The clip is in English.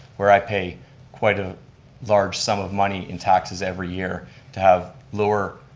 where i pay quite a large sum of money in taxes every year to have lower